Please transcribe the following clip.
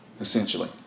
essentially